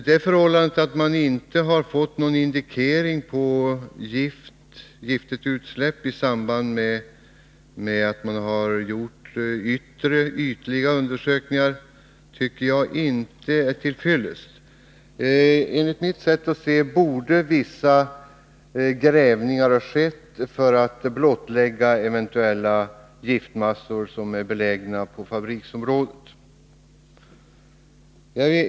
Det förhållandet att man inte har fått någon indikering på giftigt utsläpp i samband med att man har gjort ytliga undersökningar tycker jag inte är till fyllest. Enligt mitt sätt att se borde vissa grävningar ha skett för att blottlägga eventuella giftmassor belägna på fabriksområdet.